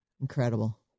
Incredible